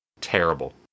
Terrible